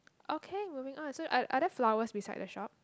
okay moving on so are are there flowers beside the shop